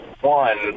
one